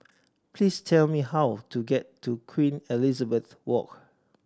please tell me how to get to Queen Elizabeth Walk